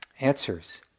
answers